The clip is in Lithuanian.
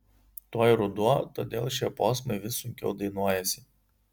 tuoj ruduo todėl šie posmai vis sunkiau dainuojasi